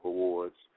Awards